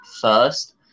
first